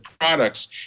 products